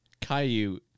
Caillou